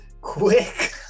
quick